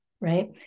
Right